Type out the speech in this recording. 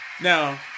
Now